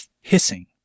hissing